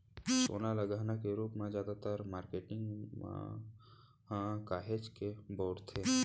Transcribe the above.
सोना ल गहना के रूप म जादातर मारकेटिंग मन ह काहेच के बउरथे